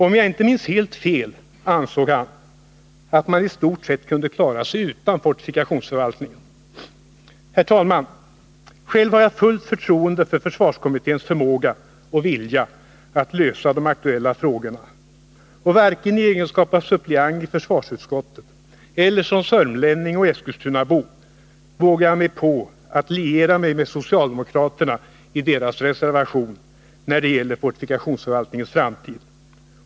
Om jag inte minns helt fel, ansåg han att man i stort sett kunde klara sig utan fortifikationsförvaltningen. Herr talman! Själv har jag fullt förtroende för försvarskommitténs förmåga och vilja att lösa de aktuella frågorna. Och varken i egenskap av suppleant i försvarsutskottet eller som sörmlänning och eskilstunabo vågar jag mig på att liera mig med socialdemokraterna i deras reservation när det gäller fortifikationsförvaltningens framtid.